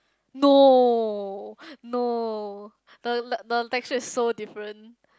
no no the the texture is so different